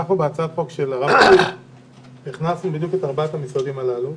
בהצעת החוק של הרב קוק הכנסנו בדיוק את ארבעת המשרדים הללו.